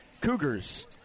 Cougars